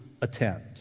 attend